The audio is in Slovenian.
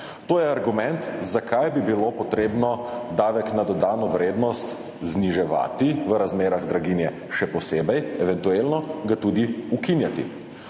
To je argument, zakaj bi bilo potrebno davek na dodano vrednost zniževati, v razmerah draginje še posebej, eventualno ga tudi ukinjati.